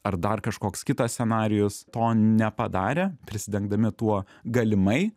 ar dar kažkoks kitas scenarijus to nepadarė prisidengdami tuo galimai